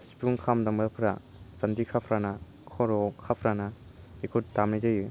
सिफुं खाम दामग्राफ्रा जान्जि खाफ्राना खर'आव खाफ्राना बेखौ दामनाय जायो